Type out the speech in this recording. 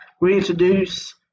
reintroduce